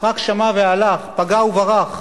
רק שמע והלך, פגע וברח,